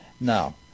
Now